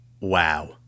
Wow